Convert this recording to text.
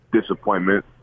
disappointment